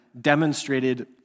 demonstrated